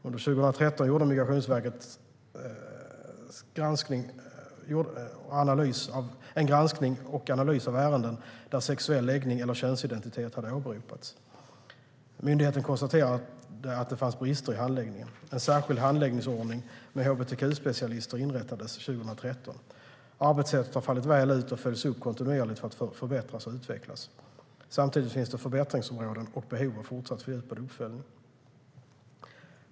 Under 2013 gjorde Migrationsverket en granskning och analys av ärenden där sexuell läggning eller könsidentitet hade åberopats. Myndigheten konstaterade att det fanns brister i handläggningen. En särskild handläggningsordning med hbtq-specialister inrättades 2013. Arbetssättet har fallit väl ut och följs upp kontinuerligt för att förbättras och utvecklas. Samtidigt finns det förbättringsområden och behov av fortsatt fördjupad uppföljning.